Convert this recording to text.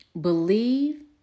believe